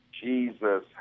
Jesus